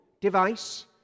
device